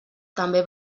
també